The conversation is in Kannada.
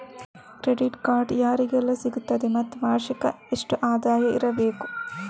ಕ್ರೆಡಿಟ್ ಕಾರ್ಡ್ ಯಾರಿಗೆಲ್ಲ ಸಿಗುತ್ತದೆ ಮತ್ತು ವಾರ್ಷಿಕ ಎಷ್ಟು ಆದಾಯ ಇರಬೇಕು?